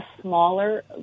smaller